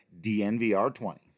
DNVR20